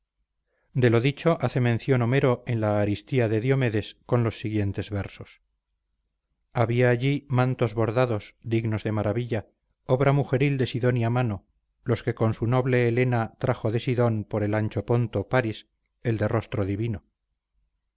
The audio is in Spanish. de lo dicho hace mención homero en la aristía de diomedes con los siguientes versos había allí mantos bordados dignos de maravilla obra mujeril de sidonia mano los que con su noble helena trajo de sidon por el ancho ponto páris el de rostro divino